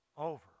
over